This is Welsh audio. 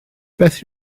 beth